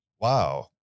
wow